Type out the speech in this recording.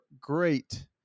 great